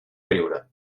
riure